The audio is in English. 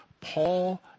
Paul